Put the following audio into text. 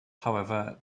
however